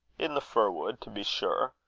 in the fir-wood, to be sure,